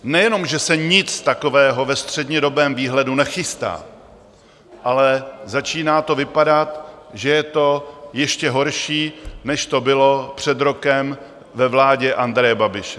Nejenom že se nic takového ve střednědobém výhledu nechystá, ale začíná to vypadat, že je to ještě horší, než to bylo před rokem ve vládě Andreje Babiše.